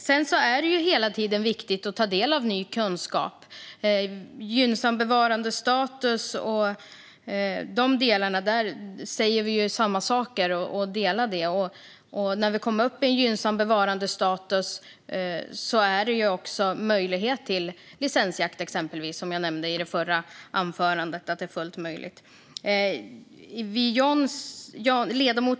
Det är viktigt att hela tiden ta del av ny kunskap. När det gäller gynnsam bevarandestatus och så vidare säger vi samma saker. När vi kommer upp i en gynnsam bevarandestatus finns det möjlighet till exempelvis licensjakt, som jag nämnde tidigare.